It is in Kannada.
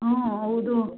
ಹ್ಞೂ ಹೌದು